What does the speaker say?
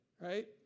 right